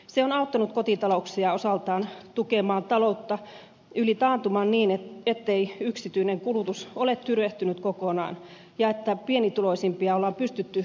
se on auttanut kotitalouksia osaltaan tukemaan taloutta yli taantuman niin ettei yksityinen kulutus ole tyrehtynyt kokonaan ja että pienituloisimpia on pystytty näin tukemaan